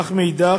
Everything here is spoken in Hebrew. אך מאידך,